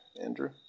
Andrew